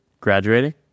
graduating